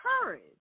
courage